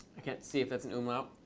i can't see if that's an umlaut.